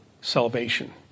salvation